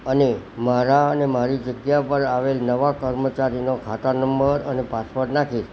અને મારા અને મારી જગ્યા ઉપર આવેલ નવા કર્મચારીનો ખાતા નંબર અને પાસવર્ડ નાખી